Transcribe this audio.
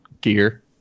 gear